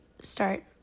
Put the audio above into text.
start